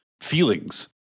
feelings